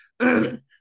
Okay